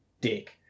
dick